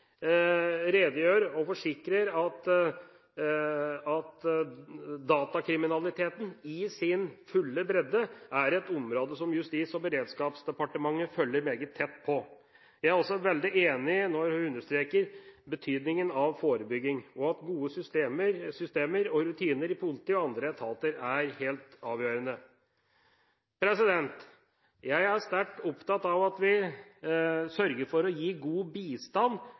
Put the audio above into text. og forsikret at datakriminaliteten i sin fulle bredde er et område som Justis- og beredskapsdepartementet følger meget tett med på. Jeg er også veldig enig når hun understreker betydningen av forebygging, og at gode systemer og rutiner i politiet og andre etater er helt avgjørende. Jeg er sterkt opptatt av at vi sørger for å gi god bistand